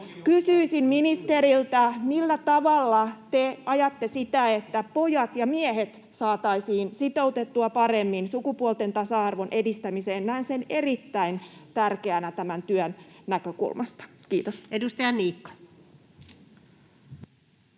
Kysyisin ministeriltä: millä tavalla te ajatte sitä, että pojat ja miehet saataisiin sitoutettua paremmin sukupuolten tasa-arvon edistämiseen? Näen sen erittäin tärkeänä tämän työn näkökulmasta. — Kiitos. [Speech 61]